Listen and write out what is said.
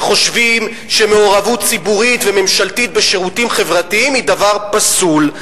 שחושבים שמעורבות ציבורית וממשלתית בשירותים חברתיים היא דבר פסול,